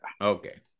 Okay